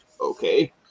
Okay